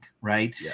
right